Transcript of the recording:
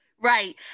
Right